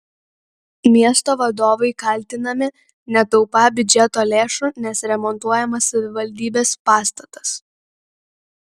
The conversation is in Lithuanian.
miesto vadovai kaltinami netaupą biudžeto lėšų nes remontuojamas savivaldybės pastatas